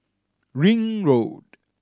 Ring Road